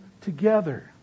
together